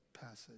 passage